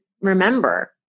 remember